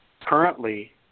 currently